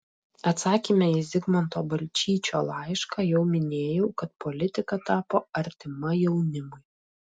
atsakyme į zigmanto balčyčio laišką jau minėjau kad politika tapo artima jaunimui